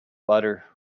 butter